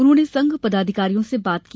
उन्होंने संघ पदाधिकारियों से बात की